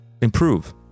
improve